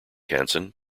hanson